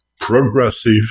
progressive